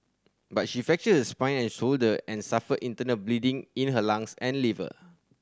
but she fractured spine and shoulder and suffered internal bleeding in her lungs and liver